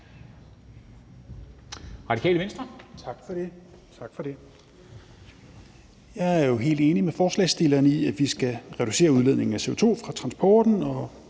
Petersen (RV): Tak for det. Jeg er jo helt enig med forslagsstillerne i, at vi skal reducere udledningen af CO2 fra transporten,